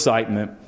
Excitement